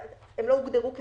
הם לא הוגדרו כצורך.